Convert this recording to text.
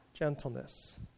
Gentleness